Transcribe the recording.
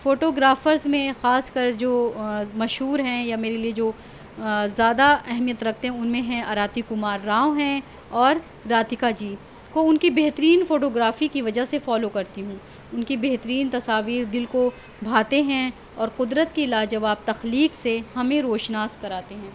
photo graphers میں خاص کر جو مشہور ہیں یا میرے لیے جو زیادہ اہمیت رکھتے ہیں ان میں ہیں اراتی کمار راؤ ہیں اور راتیکا جی کو ان کی بہترین فوٹوگرافی کی وجہ سے فالو کرتی ہوں ان کی بہترین تصاویر دل کو بھاتے ہیں اور قدرت کی لاجواب تخلیک سے ہمیں روشناس کراتے ہیں